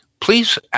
Please